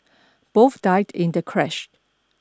both died in the crash